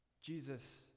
Jesus